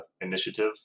initiative